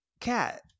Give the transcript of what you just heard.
Cat